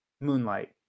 Moonlight